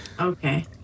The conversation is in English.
Okay